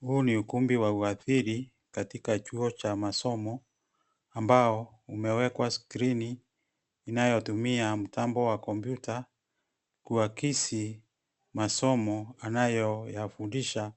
Huu ni ukumbi wa huathiri katika chuo cha masomo ambao umewekwa skrini inayotumia mtambo wa kompyuta kuakisi masomo anayoyafundisha